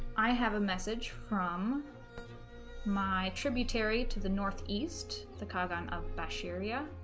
i have a message from my tributary to the northeast the kaga and of bash area